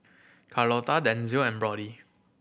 Carlota Denzil and Brody